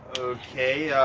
okay,